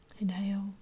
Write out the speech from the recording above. inhale